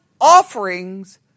offerings